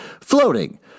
floating